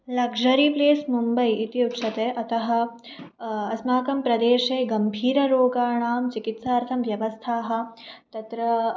luxury place Mumbai इति उच्यते अतः अस्माकं प्रदेशे गम्भीररोगाणां चिकित्सार्थं व्यवस्थाः तत्र